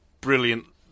brilliant